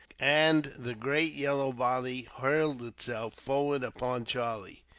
and the great yellow body hurled itself forward upon charlie.